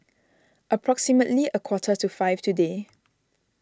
approximately a quarter to five today